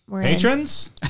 Patrons